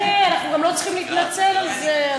אנחנו גם לא צריכים להתנצל על זה.